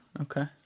Okay